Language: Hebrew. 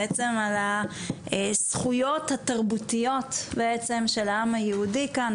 על הזכויות התרבותיות של העם היהודי כאן.